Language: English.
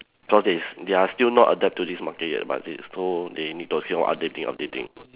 cause they s~ they are still not adapt to this market yet but they so they need to keep on updating updating